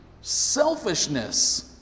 selfishness